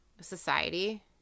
society